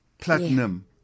platinum